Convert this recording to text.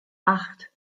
acht